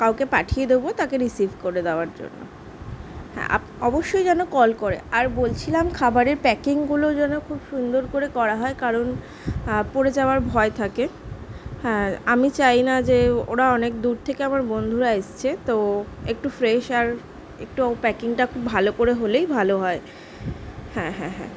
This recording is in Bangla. কাউকে পাঠিয়ে দেবো তাকে রিসিভ করে দেওয়ার জন্য হ্যাঁ আপ অবশ্যই যেন কল করে আর বলছিলাম খাবারের প্যাকিংগুলো যেন খুব সুন্দর করে করা হয় কারণ পড়ে যাওয়ার ভয় থাকে হ্যাঁ আমি চাই না যে ওরা অনেক দূর থেকে আমার বন্ধুরা এসছে তো একটু ফ্রেশ আর একটু প্যাকিংটা খুব ভালো করে হলেই ভালো হয় হ্যাঁ হ্যাঁ হ্যাঁ